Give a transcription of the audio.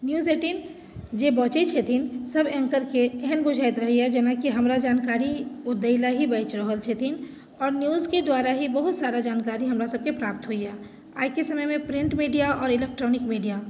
news एटिन जे बजै छथिन सब एङ्करके एहन बुझायत रहैया जेनाकि हमरा जानकारी ओ दै लऽ ही बाजि रहल छथिन आओर न्यूजके द्वारा ही बहुत सारा जानकारी हमरा सबके प्राप्त होइया आइके समयमे प्रिन्ट मीडिया आओर इलेक्ट्रॉनिक मीडिया